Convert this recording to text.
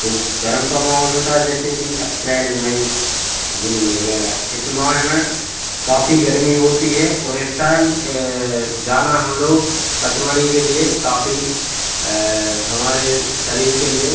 जो गर्म का माहौल होता है जैसे कि अप्रैल मई जून वगैरह इस माह में काफ़ी गर्मी होती है और इस टाइम जाना हम लोग पचमड़ी के लिए काफ़ी हमारे शरीर के लिए